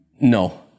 No